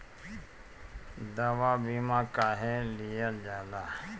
दवा बीमा काहे लियल जाला?